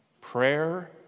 prayer